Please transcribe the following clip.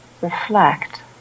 reflect